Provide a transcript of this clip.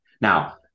Now